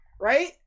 right